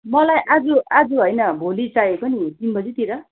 मलाई आज आज होइन भोलि चाहिएको नि तिन बजीतिर